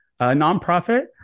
Nonprofit